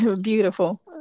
Beautiful